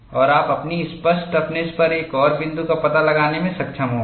और आप अपनी स्पष्ट टफनेस पर एक और बिंदु का पता लगाने में सक्षम होंगे